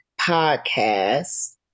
podcast